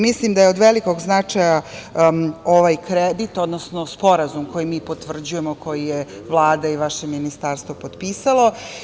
Mislim da je od velikog značaja ovaj kredit, odnosno sporazum koji mi potvrđujemo, koji je Vlada i vaše Ministarstvo potpisalo.